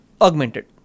augmented